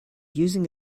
using